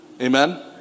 Amen